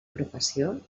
professió